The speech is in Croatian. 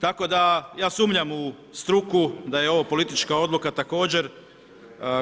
Tako daj a sumnjam u struku da je ovo politička oduka također